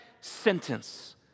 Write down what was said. sentence